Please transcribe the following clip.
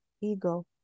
ego